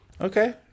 Okay